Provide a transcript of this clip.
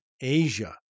Asia